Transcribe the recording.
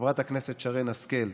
חברת הכנסת שרן השכל,